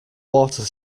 water